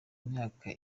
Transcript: myaka